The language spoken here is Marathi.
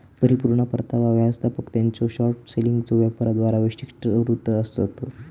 परिपूर्ण परतावा व्यवस्थापक त्यांच्यो शॉर्ट सेलिंगच्यो वापराद्वारा वैशिष्ट्यीकृत आसतत